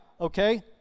okay